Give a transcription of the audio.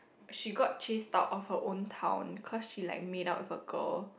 she got chased out of her own town cause she like made out with a girl